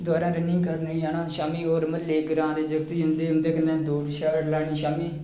दबारे running करने गी जाना शामी म्हल्ले ग्रां दे जागत जंदे उं'दे कन्नै दौड़ शाड़ लानी शामी